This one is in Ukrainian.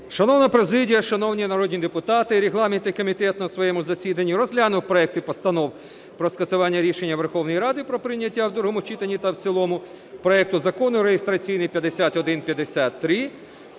Шановна президія, шановні народні депутати, регламентний комітет на своєму засіданні розглянув проекти постанов про скасування рішення Верховної Ради про прийняття в другому читанні та в цілому проекту Закону реєстраційний 5153,